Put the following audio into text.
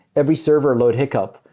every server load hiccup,